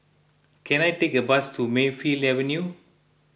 can I take a bus to Mayfield Avenue